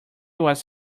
was